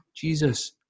Jesus